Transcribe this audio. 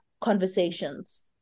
conversations